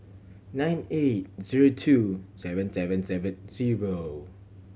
nine eight zero two seven seven seven zero